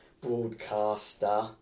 broadcaster